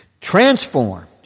Transformed